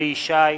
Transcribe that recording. אליהו ישי,